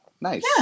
nice